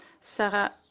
Sarah